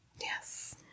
Yes